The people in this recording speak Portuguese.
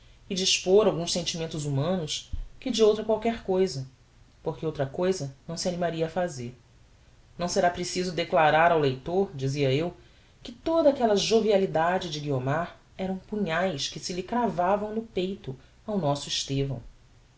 e de expor alguns sentimentos humanos que de outra qualquer cousa por que outra cousa não se animaria a fazer não será preciso declarar ao leitor dizia eu que toda aquella jovialidade de guiomar eram punhaes que se lhe cravavam no peito ao nosso estevão